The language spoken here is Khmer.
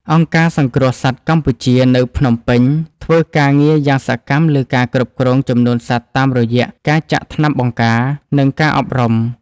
អង្គការសង្គ្រោះសត្វកម្ពុជា នៅភ្នំពេញ ធ្វើការងារយ៉ាងសកម្មលើការគ្រប់គ្រងចំនួនសត្វតាមរយៈការចាក់ថ្នាំបង្ការ និងការអប់រំ។